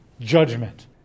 judgment